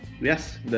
Yes